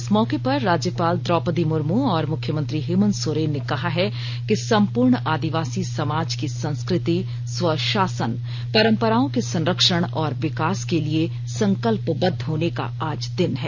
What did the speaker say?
इस मौके पर राज्यपाल द्रौपदी मुर्मू और मुख्यमंत्री हेमंत सोरेन ने कहा है कि संपूर्ण आदिवासी समाज की संस्कृति स्वशासन परंपराओं के संरक्षण और विकास के लिए संकल्पबद्ध होने का आज दिन है